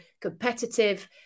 competitive